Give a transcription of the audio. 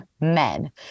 men